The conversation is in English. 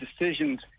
decisions